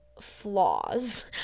flaws